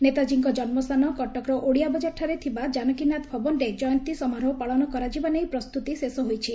ନେତାଜୀଙ୍କ ଜନ୍କୁସ୍ଥାନ କଟକର ଓଡ଼ିଆବଜାରଠାରେ ଥିବା ଜାନକୀନାଥ ଭବନରେ ଜୟନ୍ତୀ ସମାରୋହ ପାଳନ କରାଯିବା ନେଇ ପ୍ରସ୍ତତି ଶେଷ ହୋଇଛି